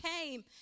came